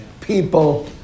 people